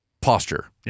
posture